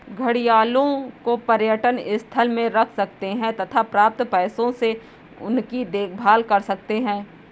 घड़ियालों को पर्यटन स्थल में रख सकते हैं तथा प्राप्त पैसों से उनकी देखभाल कर सकते है